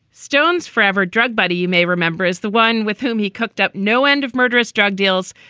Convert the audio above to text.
stone's forever drug buddy, you may remember, is the one with whom he cooked up no end of murderous drug deals.